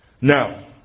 Now